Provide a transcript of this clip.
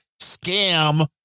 scam